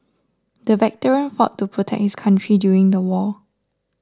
the veteran fought to protect his country during the war